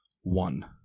One